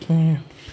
mm